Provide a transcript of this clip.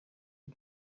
y’u